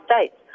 States